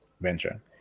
venture